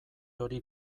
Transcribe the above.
hori